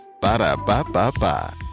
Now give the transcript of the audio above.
Ba-da-ba-ba-ba